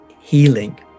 healing